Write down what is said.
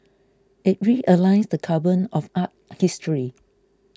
it realigns the canon of art history